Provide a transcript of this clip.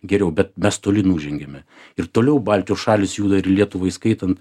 geriau bet mes toli nužengėme ir toliau baltijos šalys juda ir lietuvą įskaitant